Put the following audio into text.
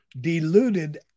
deluded